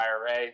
IRA